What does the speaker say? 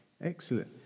Excellent